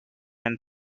and